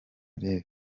rev